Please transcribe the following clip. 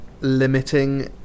limiting